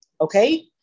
okay